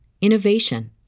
innovation